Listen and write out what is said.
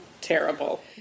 terrible